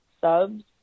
subs